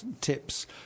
tips